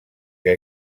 que